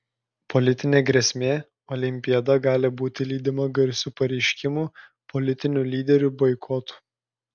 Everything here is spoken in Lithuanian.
politinė grėsmė olimpiada gali būti lydima garsių pareiškimų politinių lyderių boikotų